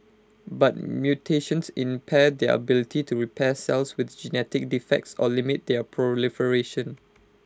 but mutations impair their ability to repair cells with genetic defects or limit their proliferation